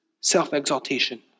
self-exaltation